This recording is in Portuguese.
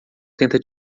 tenta